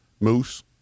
moose